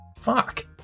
Fuck